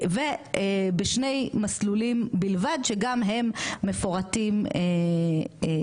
ובשני מסלולים בלבד שגם הם מפורטים כאן.